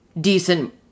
decent